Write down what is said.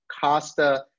Costa